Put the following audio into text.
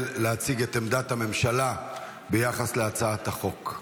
להציג את עמדת הממשלה ביחס להצעת החוק.